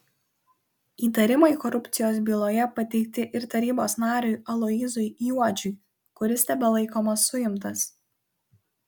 įtarimai korupcijos byloje pateikti ir tarybos nariui aloyzui juodžiui kuris tebelaikomas suimtas